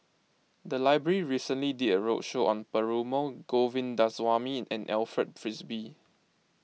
the library recently did a roadshow on Perumal Govindaswamy and Alfred Frisby